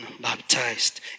baptized